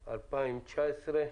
התשע"ט-2019.